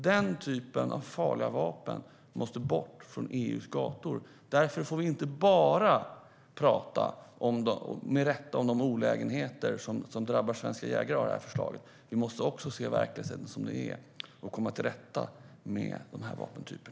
Den typen av farliga vapen måste bort från EU:s gator. Därför får vi inte bara prata om de olägenheter som drabbar svenska jägare genom det här förslaget. Vi måste också se verkligheten som den är och komma till rätta med dessa vapentyper.